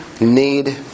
need